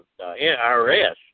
IRS